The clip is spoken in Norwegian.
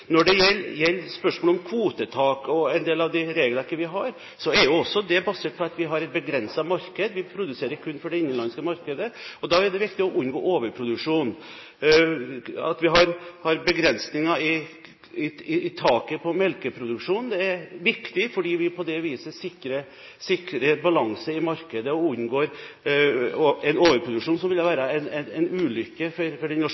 Når det gjelder spørsmålet om kvotetak og en del av det regelverket vi har, er jo det basert på at vi har et begrenset marked, vi produserer kun for det innenlandske markedet. Da er det viktig å unngå overproduksjon. At vi har begrensninger i taket på melkeproduksjonen, er viktig, fordi vi på det viset sikrer balanse i markedet og unngår en overproduksjon, som ville være en ulykke for den norske